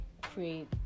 create